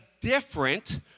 different